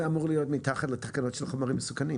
זה אמור להיות תחת התקנות של חומרים מסוכנים,